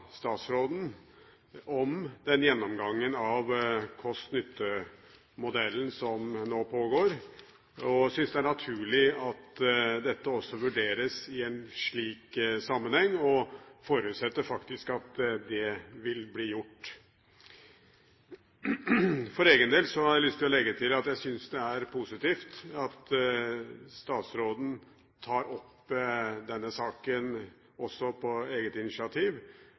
statsråden om den gjennomgangen av kost–nytte-modellen som nå pågår. Jeg syns det er naturlig at også dette vurderes i en slik sammenheng, og forutsetter at det vil bli gjort. For egen del har jeg lyst til å legge til at jeg syns det er positivt at statsråden tar opp denne saken også på eget initiativ.